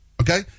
okay